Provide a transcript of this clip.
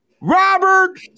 Robert